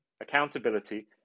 accountability